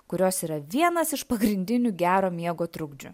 kurios yra vienas iš pagrindinių gero miego trukdžių